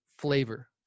flavor